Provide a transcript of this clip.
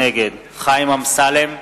נגד חיים אמסלם,